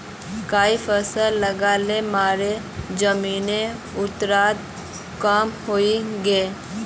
कई फसल लगा ल मोर जमीनेर उर्वरता कम हई गेले